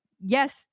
yes